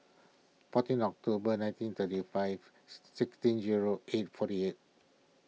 fourteen October nineteen thirty five sixteen zero eight forty eight